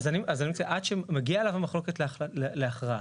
אז אני מציע, מגיעה אליו המחלוקת להכרעה.